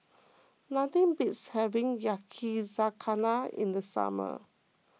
nothing beats having Yakizakana in the summer